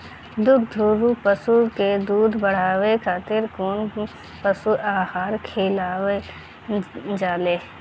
दुग्धारू पशु के दुध बढ़ावे खातिर कौन पशु आहार खिलावल जाले?